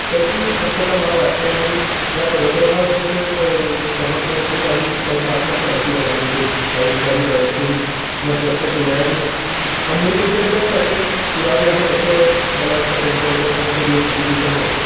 तर ती एक शक्यता मला वाटते आणि या परग्रहावरचे तबकड्यांचे काही काही बातम्या आपण ऐकल्यात अमेरिकेत काही लोकांनी त्याविषयी मत व्यक्त केलं आहे आणि अम्रीकेकडे पण त्याचे पुरावे आहेत असं मला वाटतं त्यांच्या एका संसदीय समितीसमोर